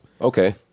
Okay